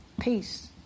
Peace